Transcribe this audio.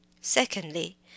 secondly